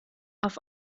auf